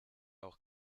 auch